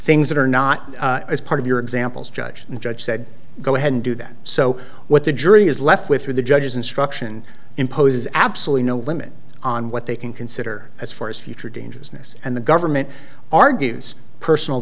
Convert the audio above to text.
things that are not part of your examples judge and judge said go ahead and do that so what the jury is left with through the judges instruction imposes absolutely no limit on what they can consider as far as future dangerousness and the government argues personal